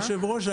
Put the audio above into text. היושב ראש,